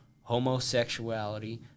homosexuality